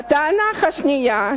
הטענה השנייה,